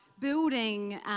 building